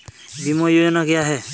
बीमा योजना क्या है?